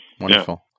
Wonderful